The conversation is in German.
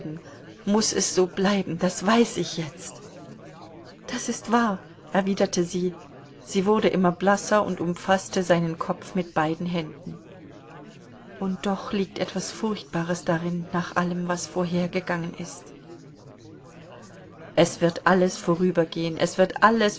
muß es so bleiben das weiß ich jetzt das ist wahr erwiderte sie sie wurde immer blasser und umfaßte seinen kopf mit beiden händen und doch liegt etwas furchtbares darin nach allem was vorhergegangen ist es wird alles vorübergehen es wird alles